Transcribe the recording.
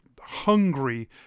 hungry